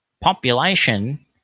population